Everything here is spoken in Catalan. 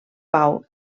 pau